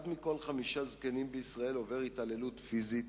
אחד מכל חמישה זקנים בישראל עובר התעללות פיזית,